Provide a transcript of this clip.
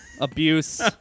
Abuse